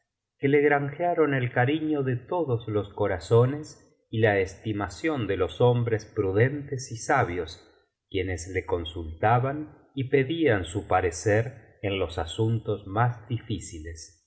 que le granjearon el cariño de todos los corazones y la estimación de los hombres prudentes y sabios quienes le consultaban y pedían su parecer en los asuntos más difíciles